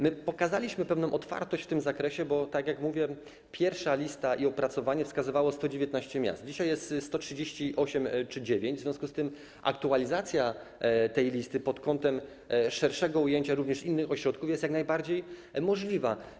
My pokazaliśmy pewną otwartość w tym zakresie, bo, tak jak mówię, pierwsza lista i opracowanie wskazywały 119 miast, dzisiaj jest 138 czy 139, w związku z tym aktualizacja tej listy pod kątem szerszego ujęcia również innych ośrodków jest jak najbardziej możliwa.